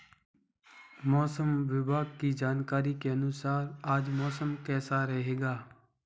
मौसम विभाग की जानकारी के अनुसार आज मौसम कैसा रहेगा?